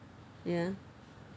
ya